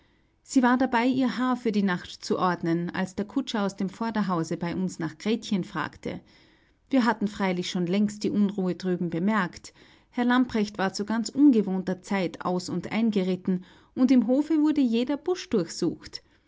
sie war dabei ihr haar für die nacht zu ordnen als der kutscher aus dem vorderhause bei uns nach gretchen fragte wir hatten freilich schon längst die unruhe drüben bemerkt herr lamprecht war zu ganz ungewohnter zeit aus und eingeritten und im hofe wurde jeder busch durchsucht